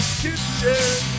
kitchen